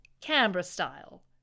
Canberra-style